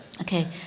Okay